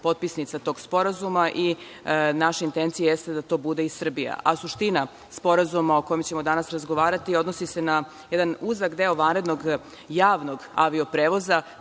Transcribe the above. potpisnica tog sporazuma. Naša intencija jeste da to bude i Srbija. Suština sporazuma o kome ćemo danas razgovarati odnosi se na jedan uzak deo vanrednog javnog avio-prevoza,